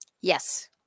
Yes